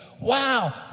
wow